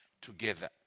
together